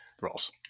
roles